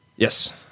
Yes